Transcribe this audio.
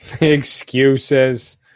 Excuses